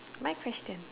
my question